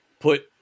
put